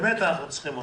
באמת אנחנו צריכים אותו.